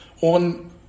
on